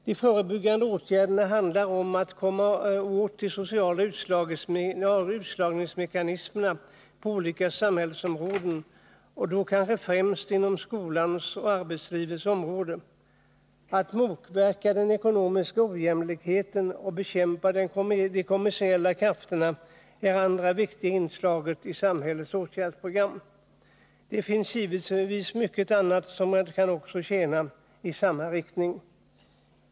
De förebyggande åtgärderna bör bestå i att komma åt de sociala utslagningsmekanismerna på olika samhällsområden, kanske främst inom skolans och arbetslivets områden. Att motverka den ekonomiska ojämlik heten och bekämpa de kommersiella krafterna är andra viktiga inslag i samhällets åtgärdsprogram. Det finns givetvis mycket annat som kan verka i samma riktning.